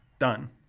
done